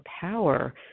power